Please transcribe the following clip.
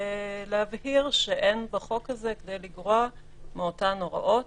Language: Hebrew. להבהיר שאין בחוק הזה כדי לגרוע מאותן הוראות,